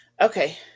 Okay